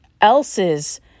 else's